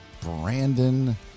Brandon